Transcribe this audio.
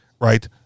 right